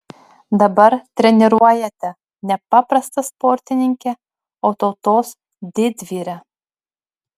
dabar treniruojate ne paprastą sportininkę o tautos didvyrę